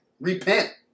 Repent